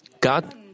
God